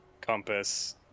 compass